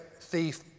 thief